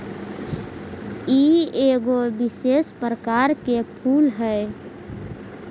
ई एगो विशेष प्रकार के फूल हई